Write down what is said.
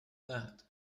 that